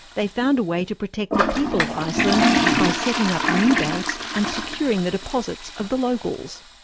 they found a way to protect the people of iceland by setting up new banks and securing the deposits of the locals.